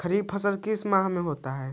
खरिफ फसल किस माह में होता है?